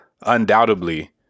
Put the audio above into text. undoubtedly